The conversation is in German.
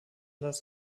das